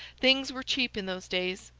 things were cheap in those days,